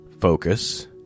focus